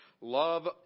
Love